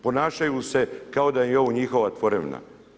Ponašaju se kao da im je ovo njihova tvorevina.